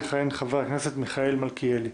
יכהן חבר הכנסת מיכאל מלכיאלי.